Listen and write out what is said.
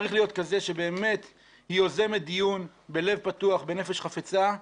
צריך להיות כזה שבאמת היא יוזמת דיון בלב פתוח ובנפש חפצה,